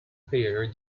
player